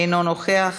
אינו נוכח,